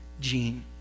gene